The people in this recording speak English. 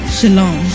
Shalom